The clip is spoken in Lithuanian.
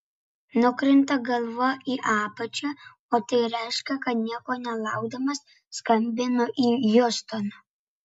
nukrinta galva į apačią o tai reiškia kad nieko nelaukdamas skambinu į hjustoną